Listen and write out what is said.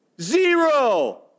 Zero